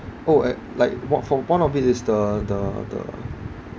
oh and like what for one of it is the the the